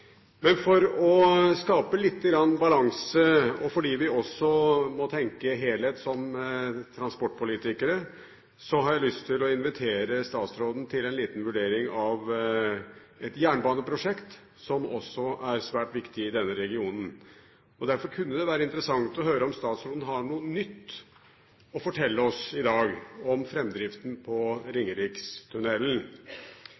Men for å skape lite grann balanse, og fordi vi også må tenke helhet som transportpolitikere, så har jeg lyst til å invitere statsråden til en liten vurdering av et jernbaneprosjekt som også er svært viktig i denne regionen. Derfor kunne det være interessant å høre om statsråden har noe nytt å fortelle oss i dag om fremdriften på